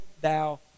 thou